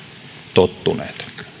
tottuneet